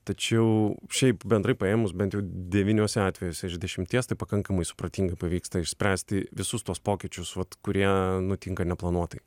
tačiau šiaip bendrai paėmus bent jau devyniuose atvejuose iš dešimties tai pakankamai supratingai pavyksta išspręsti visus tuos pokyčius vat kurie nutinka neplanuotai